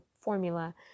formula